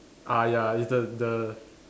ah ya it's the the